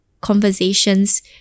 conversations